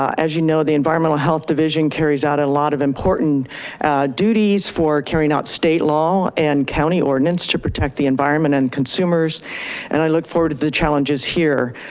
as you know, the environmental health division carries out a lot of important duties for carrying out state law and county ordinance to protect the environment and consumers and i look forward to the challenges here.